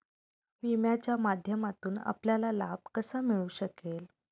विम्याच्या माध्यमातून आपल्याला लाभ कसा मिळू शकेल?